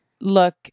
look